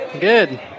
Good